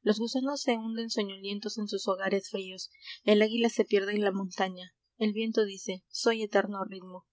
los gusanos se hunden soñolientos n sus hogares fríos el águila se pierde en la montaña el viento dice soy eterno ritmo